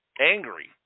angry